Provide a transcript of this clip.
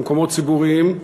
במקומות ציבוריים,